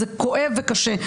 זה כואב וקשה.